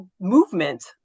movement